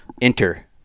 enter